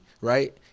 right